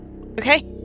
Okay